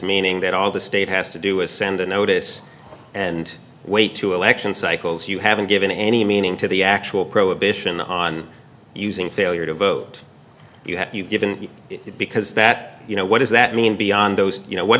meaning that all the state has to do is send a notice and way to election cycles you haven't given any meaning to the actual prohibition on using failure to vote you have given it because that you know what does that mean beyond those you know what